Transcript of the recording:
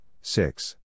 six